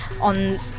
on